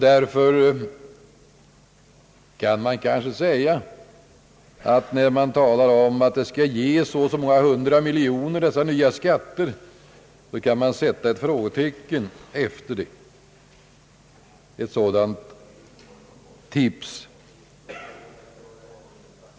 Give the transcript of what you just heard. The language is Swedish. När det talas om att dessa nya skatter skall ge så och så många hundra miljoner, kan man därför sätta ett frågetecken efter ett sådant tips.